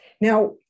Now